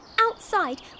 outside